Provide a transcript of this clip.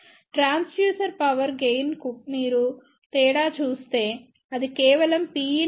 transducer power gain మీరు తేడా చూస్తే అది కేవలం Pin విలువ PAVSకు సమానం